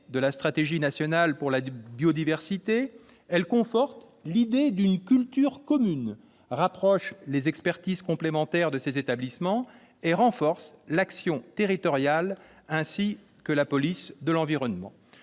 de la Stratégie nationale pour la biodiversité. Elle conforte l'idée d'une culture commune, rapproche les expertises complémentaires de ces établissements, et renforce l'action territoriale, ainsi que la police de l'environnement.